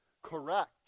correct